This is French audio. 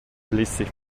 blessé